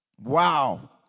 Wow